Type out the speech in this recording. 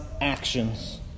actions